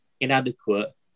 inadequate